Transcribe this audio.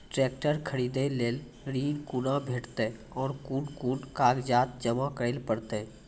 Tractor खरीदै लेल ऋण कुना भेंटते और कुन कुन कागजात जमा करै परतै?